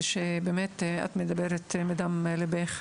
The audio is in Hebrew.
את באמת מדברת מדם ליבך.